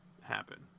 happen